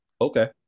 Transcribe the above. okay